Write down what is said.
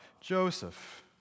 Joseph